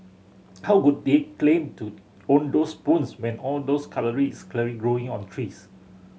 how could they claim to own those spoons when all those growing on trees